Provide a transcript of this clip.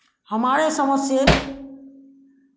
हमारे समझ से